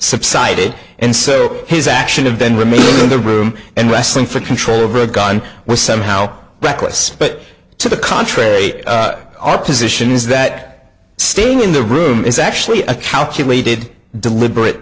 subsided and so his action of then remain in the room and wrestling for control over the gun was somehow backless but to the contrary our position is that staying in the room is actually a calculated deliberate